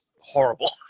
horrible